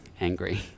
angry